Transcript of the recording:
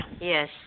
Yes